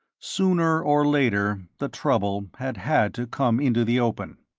sooner or later the trouble had had to come into the open.